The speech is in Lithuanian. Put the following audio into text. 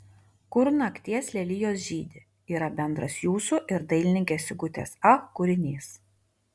kur nakties lelijos žydi yra bendras jūsų ir dailininkės sigutės ach kūrinys